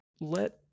let